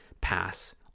pass